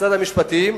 משרד המשפטים,